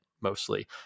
mostly